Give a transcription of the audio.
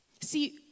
See